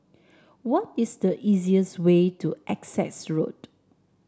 what is the easiest way to Essex Road